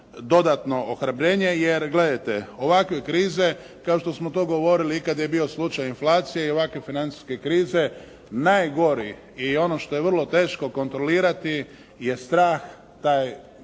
dodatno ohrabrenje, jer gledajte ovakve krize kao što smo to govorili i kada je bio slučaj inflacije i ovakve financijske krize, najgori i ono što je vrlo teško kontrolirati je strah.